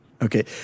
Okay